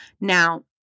Now